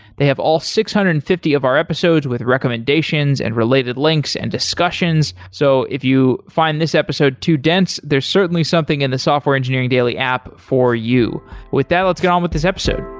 they have all six hundred and fifty of our episodes with recommendations and related links and discussions. so if you find this episode too dense, there's certainly something in the software engineering daily app for you with that, let's get on with this episode